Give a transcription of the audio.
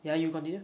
ya you continue